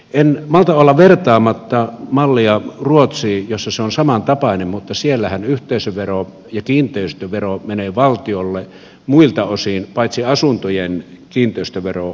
en malta olla vertaamatta mallia ruotsiin jossa se on samantapainen mutta siellähän yhteisövero ja kiinteistövero menevät valtiolle muilta osin paitsi asuntojen kiinteistövero menee kunnille